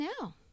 now